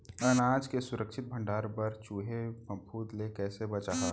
अनाज के सुरक्षित भण्डारण बर चूहे, फफूंद ले कैसे बचाहा?